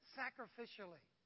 sacrificially